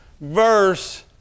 verse